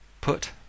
put